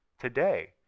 today